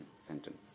sentence